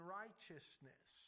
righteousness